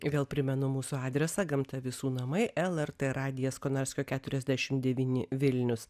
vėl primenu mūsų adresą gamta visų namai lrt radijas konarskio keturiasdešimt devyni vilnius